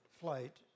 flight